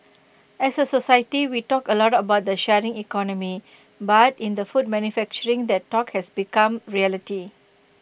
as A society we talk A lot about the sharing economy but in the food manufacturing that talk has become reality